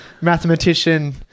mathematician